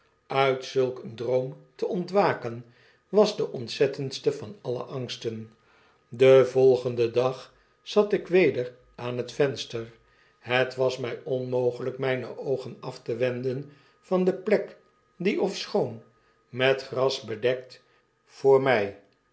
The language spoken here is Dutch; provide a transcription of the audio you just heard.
uit zulk een droom te ontwaken was de ontzettendste van alle angsten den volgenden dag zat ik weder aan het venster het was my onmogelyk myne oogen af te wenden van de plek die ofschoon met gras bedekt voor mjj